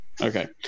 Okay